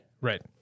Right